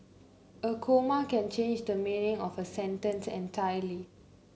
a comma can change the meaning of a sentence entirely